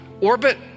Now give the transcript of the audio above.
orbit